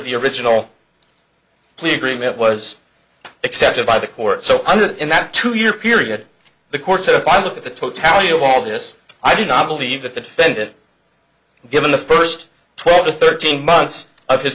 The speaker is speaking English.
the original plea agreement was accepted by the court so in that two year period the court if i look at the totality of all this i do not believe that the defendant given the first twelve or thirteen months of his